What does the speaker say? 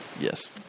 Yes